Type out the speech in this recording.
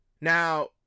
now